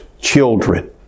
children